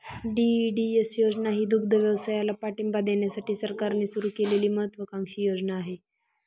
DEDS योजना ही दुग्धव्यवसायाला पाठिंबा देण्यासाठी सरकारने सुरू केलेली महत्त्वाकांक्षी योजना आहे